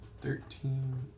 Thirteen